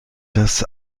das